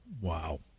Wow